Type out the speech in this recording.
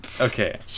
okay